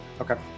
Okay